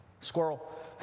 Squirrel